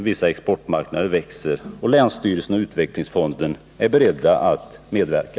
Vissa exportmarknader växer, och länsstyrelsen och utvecklingsfonden är beredda att medverka.